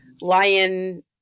lion